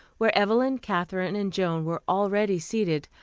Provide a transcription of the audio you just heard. where evelyn, katherine and joan were already seated,